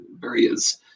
various